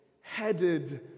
headed